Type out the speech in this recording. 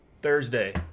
Thursday